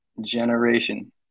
generation